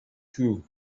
too